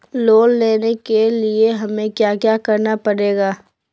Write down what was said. Loan लेने के लिए हमें क्या क्या करना पड़ेगा?